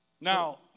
Now